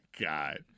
God